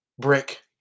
brick